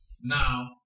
Now